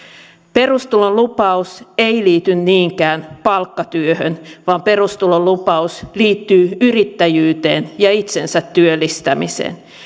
perustulolupaus ei liity niinkään palkkatyöhön vaan perustulolupaus liittyy yrittäjyyteen ja itsensätyöllistämiseen